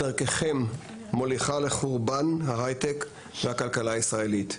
דרככם מוליכה לחורבן ההייטק והכלכלה הישראלית.